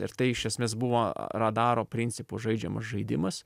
ir tai iš esmės buvo radaro principu žaidžiamas žaidimas